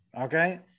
Okay